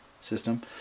system